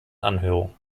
anhörung